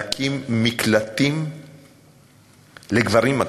להקים מקלטים לגברים מכים.